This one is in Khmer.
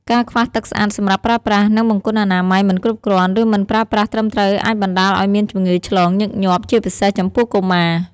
ការខ្វះទឹកស្អាតសម្រាប់ប្រើប្រាស់ និងបង្គន់អនាម័យមិនគ្រប់គ្រាន់ ឬមិនប្រើប្រាស់ត្រឹមត្រូវអាចបណ្តាលឱ្យមានជំងឺឆ្លងញឹកញាប់ ជាពិសេសចំពោះកុមារ។